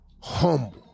humble